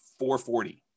440